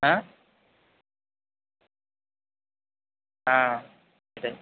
হ্যাঁ হ্যাঁ